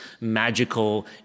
magical